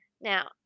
Now